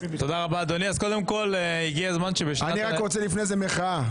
אני רק רוצה לפני זה מחאה.